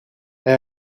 hij